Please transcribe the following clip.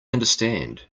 understand